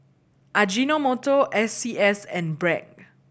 Ajinomoto S C S and Bragg